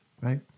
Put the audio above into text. right